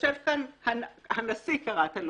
יושב כאן רועי כהן,